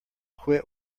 quit